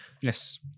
yes